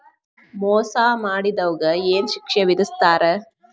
ಮೋಸಾ ಮಾಡಿದವ್ಗ ಏನ್ ಶಿಕ್ಷೆ ವಿಧಸ್ತಾರ?